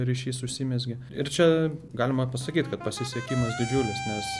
ryšys užsimezgė ir čia galima pasakyt kad pasisekimas didžiulis nes